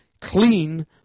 clean